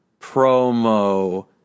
promo